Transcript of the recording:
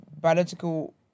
biological